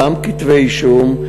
גם כתבי אישום,